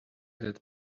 that